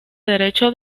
derecho